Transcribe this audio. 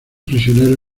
prisionero